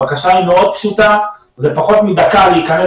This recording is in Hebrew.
הבקשה היא מאוד פשוטה וזה פחות מדקה להיכנס